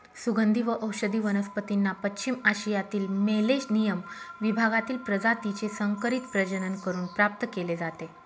सुगंधी व औषधी वनस्पतींना पश्चिम आशियातील मेलेनियम विभागातील प्रजातीचे संकरित प्रजनन करून प्राप्त केले जाते